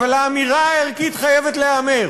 אבל האמירה הערכית חייבת להיאמר.